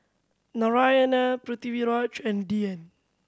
Narayana Pritiviraj and Dhyan